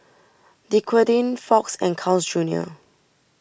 Dequadin Fox and Carl's Junior